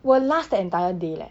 will last the entire day leh